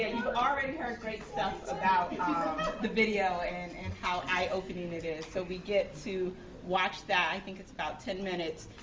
you've already heard great stuff about the video and and how eye opening it is. so we get to watch that. i think it's about ten minutes,